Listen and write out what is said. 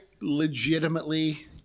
legitimately